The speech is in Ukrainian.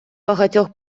багатьох